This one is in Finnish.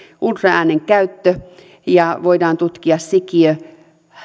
ultraäänen käyttö ja voidaan tutkia sikiö